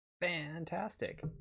fantastic